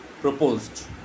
proposed